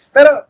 Pero